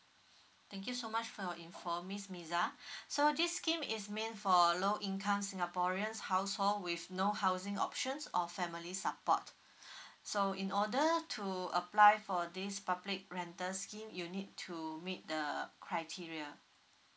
thank you so much for your info miss miza so this scheme is meant for low income singaporeans household with no housing options or family support so in order to apply for this public rental scheme you need to meet the criteria